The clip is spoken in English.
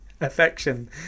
affection